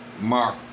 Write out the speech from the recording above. Mark